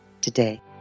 today